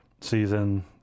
season